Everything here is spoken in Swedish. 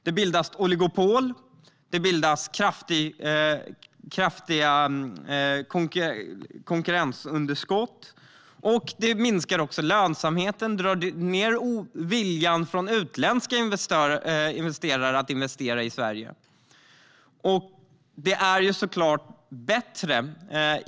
Det bildas oligopol. Det blir konkurrensunderskott, och det minskar också lönsamheten. Det drar ned viljan hos utländska investerare att investera i Sverige.